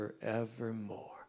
forevermore